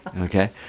okay